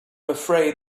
afraid